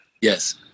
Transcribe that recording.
Yes